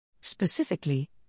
Specifically